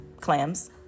clams